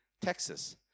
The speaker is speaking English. Texas